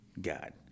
God